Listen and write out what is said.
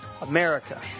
America